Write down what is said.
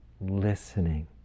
listening